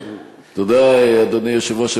תודה, אדוני היושב-ראש.